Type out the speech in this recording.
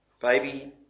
baby